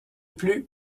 plus